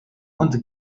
und